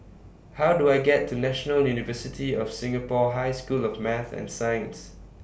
How Do I get to National University of Singapore High School of Math and Science